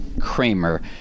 kramer